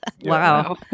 Wow